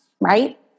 right